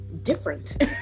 different